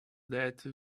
that